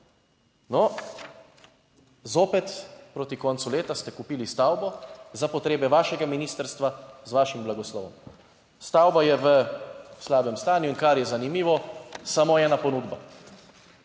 No, zopet proti koncu leta ste kupili stavbo za potrebe vašega ministrstva z vašim blagoslovom. Stavba je v slabem stanju in kar je zanimivo, samo ena ponudba.